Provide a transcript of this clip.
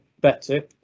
better